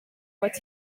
what